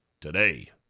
today